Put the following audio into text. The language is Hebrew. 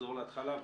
נחזור להתחלה.